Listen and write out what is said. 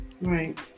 right